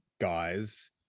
guys